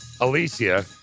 Alicia